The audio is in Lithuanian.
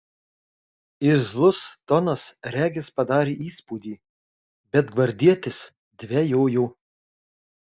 irzlus tonas regis padarė įspūdį bet gvardietis dvejojo